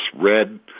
red